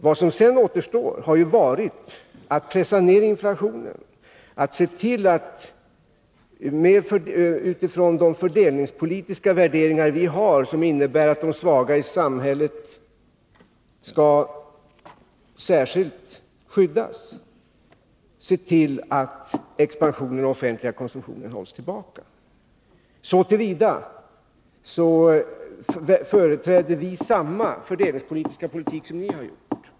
Vad som sedan återstått har ju varit att pressa ner inflationen och att, utifrån de fördelningspolitiska värderingar som vi har och som innebär att de svaga i samhället skall särskilt skyddas, se till att expansionen av den offentliga konsumtionen hålls tillbaka. Så till vida företräder vi samma fördelningspolitik som ni har företrätt.